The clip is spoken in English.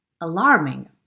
alarming